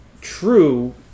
true